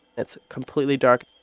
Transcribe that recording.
it's completely dark.